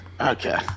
okay